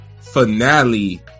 finale